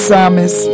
Samus